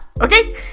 Okay